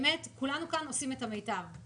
כולנו כאן עושים את המיטב.